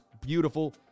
beautiful